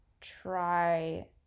try